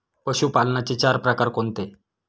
पशुपालनाचे चार प्रकार कोणते?